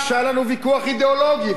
כשהיה לנו ויכוח אידיאולוגי,